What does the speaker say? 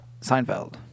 Seinfeld